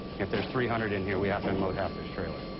if there's three hundred in here, we have to unload half this trailer.